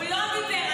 הוא לא דיבר על זה,